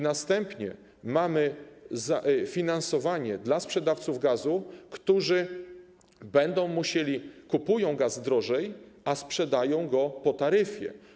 Następnie mamy finansowanie dla sprzedawców gazu, którzy kupują gaz drożej, a sprzedają go po taryfie.